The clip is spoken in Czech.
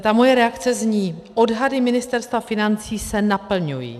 Ta moje reakce zní: Odhady Ministerstva financí se naplňují.